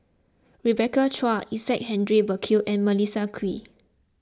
Rebecca Chua Isaac Henry Burkill and Melissa Kwee